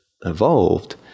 evolved